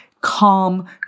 calm